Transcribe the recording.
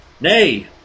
Nay